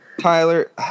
Tyler